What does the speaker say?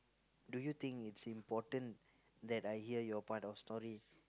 do you think it's important that I hear your part of story